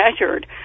measured